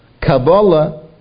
Kabbalah